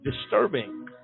disturbing